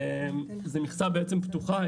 זאת מכסה פתוחה,